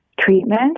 treatment